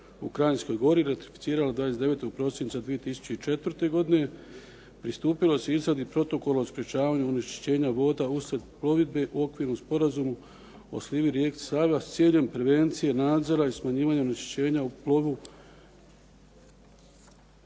Kranjskoj Godini i ratificirala 29. prosinca 2004. godine pristupilo se izradi Protokola o sprječavanju onečišćenja voda uslijed plovidbe u Okvirnom sporazumu o slivu rijeke Save, a s ciljem prevencije nadzora i smanjivanjem onečišćenja u plovu.